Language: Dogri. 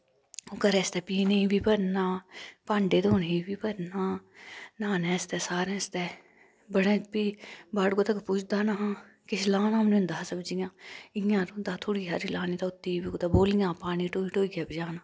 हून घरै आस्तै पीने वी भरना भांडे धोने बी भरना न्हानै आस्तै सारैं आस्तै बड़ै फ्ही बाड़ूऐ तक पुजदा नेंहा किश लाना बी निं होंदा हा सब्जियां इयां रौंह्दा थोह्ड़ी हारी लानी तां उत्ती बी कुतै बौलियां पानी ढोई ढोईयै पजाना